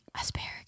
asparagus